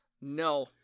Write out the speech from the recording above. No